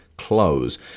Close